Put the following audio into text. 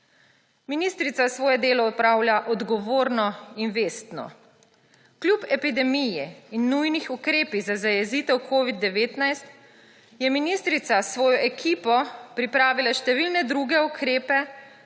Ministrica svoje delo opravlja odgovorno in vestno. Kljub epidemiji in nujnim ukrepom za zajezitev covida-19 je ministrica s svojo ekipo pripravila številne druge ukrepe,